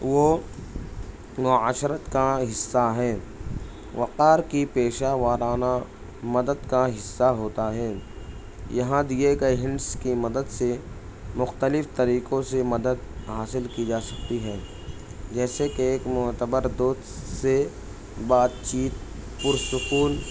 وہ معاشرت کا حصہ ہے وقار کی پیشہ وارانہ مدد کا حصہ ہوتا ہے یہاں دیئے گئے ہنٹس کی مدد سے مختلف طریقوں سے مدد حاصل کی جا سکتی ہے جیسے کہ ایک معتبر دوست سے بات چیت پرسکون